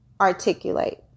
articulate